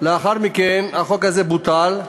לאחר מכן החוק הזה בוטל,